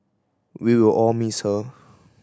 we will all miss her